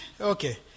okay